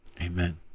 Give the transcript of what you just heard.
Amen